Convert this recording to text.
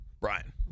Brian